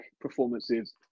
performances